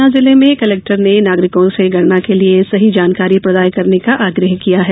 गुना जिले में कलेक्टर ने नागरिकों से गणना के लिए सही जानकारी प्रदाय करने का आग्रह किया है